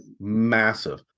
massive